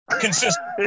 consistent